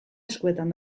eskuetan